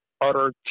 utter